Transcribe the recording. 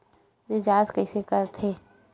Recharge कइसे कर थे?